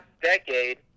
decade